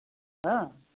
हाँ